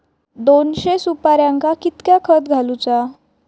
दोनशे सुपार्यांका कितक्या खत घालूचा?